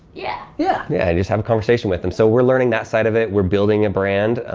yeah! yeah. yeah, you just have conversation with them. so we're learning that side of it. we're building a brand.